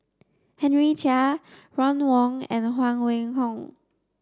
Henry Chia Ron Wong and Huang Wenhong